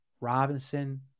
Robinson